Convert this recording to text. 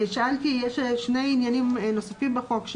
יש שני עניינים נוספים בחוק,